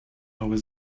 новой